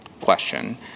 question